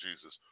Jesus